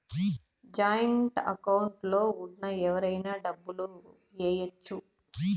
joint account లో ఉన్న ఎవరైనా డబ్బు ఏయచ్చు